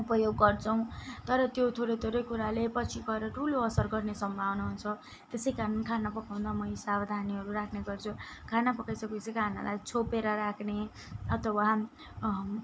उपयोग गर्छौँ तर त्यो थोरै थोरै कुराहरूले पछि गएर ठुलो असर गर्ने सम्भावना हुन्छ त्यसै कारण खाना पकाउँदा म यी सावधानीहरू राख्ने गर्छु खाना पकाइसकेपछि खानालाई छोपेर राख्ने अथवा